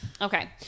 Okay